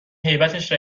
هیبتش